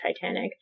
Titanic